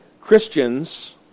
Christians